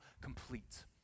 complete